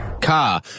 car